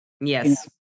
Yes